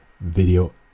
video